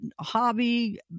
hobby